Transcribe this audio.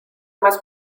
más